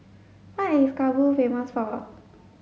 what is Kabul famous for